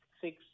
six